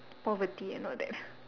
poverty and all that